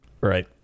Right